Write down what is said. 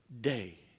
day